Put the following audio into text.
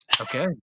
okay